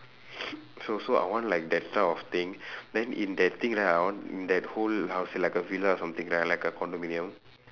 so so I want like that that type of thing then in that thing right I want in that whole house like a villa or something ya like a condominium